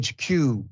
HQ